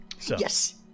Yes